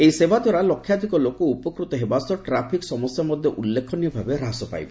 ଏହି ସେବାଦ୍ୱାରା ଲକ୍ଷାଧିକ ଲୋକ ଉପକୂତ ହେବା ସହ ଟ୍ରାଫିକ୍ ସମସ୍ୟା ମଧ୍ୟ ଉଲ୍ଲେଖନୀୟ ଭାବେ ହ୍ରାସ ପାଇବ